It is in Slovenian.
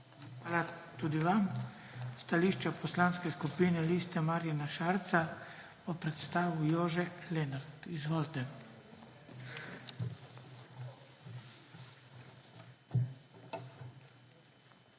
Hvala tudi vam. Stališče Poslanske skupine Liste Marjana Šarca bo predstavil Jože Lenart. Izvolite.